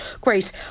Great